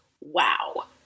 Wow